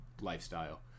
lifestyle